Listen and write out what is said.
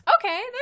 okay